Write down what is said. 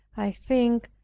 i think,